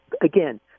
again